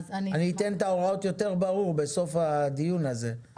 אני אתן את ההוראות יותר ברור בסוף הדיון הזה,